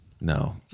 No